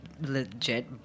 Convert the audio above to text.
legit